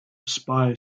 spy